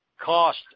cost